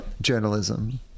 journalism